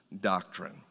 doctrine